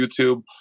youtube